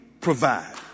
provide